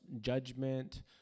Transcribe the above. judgment